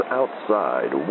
outside